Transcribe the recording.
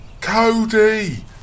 Cody